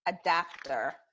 adapter